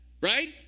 Right